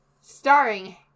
Starring